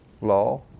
law